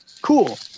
Cool